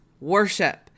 worship